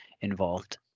involved